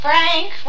Frank